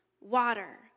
water